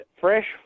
fresh